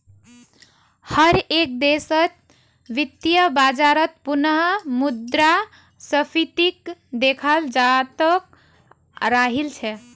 हर एक देशत वित्तीय बाजारत पुनः मुद्रा स्फीतीक देखाल जातअ राहिल छे